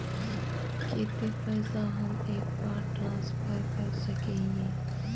केते पैसा हम एक बार ट्रांसफर कर सके हीये?